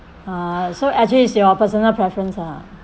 uh so actually it's your personal preference lah